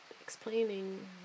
explaining